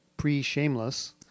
pre-shameless